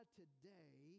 today